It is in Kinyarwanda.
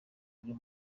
byo